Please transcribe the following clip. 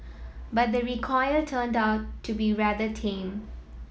but the recoil turned out to be rather tame